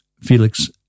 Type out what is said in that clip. Felix